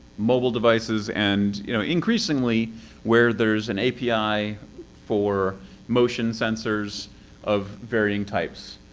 mobile devices and you know increasingly where there's an api for motion sensors of varying types.